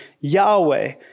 Yahweh